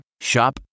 Shop